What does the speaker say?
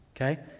Okay